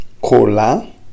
cola